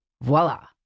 Voila